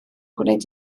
gwneud